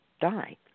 die